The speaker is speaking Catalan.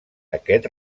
aquest